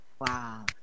Wow